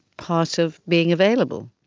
part of being available.